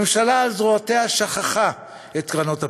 הממשלה על זרועותיה שכחה את קרנות הפנסיה,